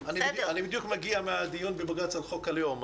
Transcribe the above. אני בדיוק מגיע מהדיון בבג"ץ על חוק הלאום.